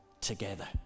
together